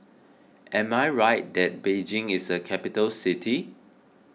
am I right that Beijing is a capital city